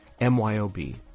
MYOB